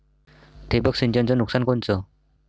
ठिबक सिंचनचं नुकसान कोनचं?